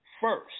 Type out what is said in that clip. first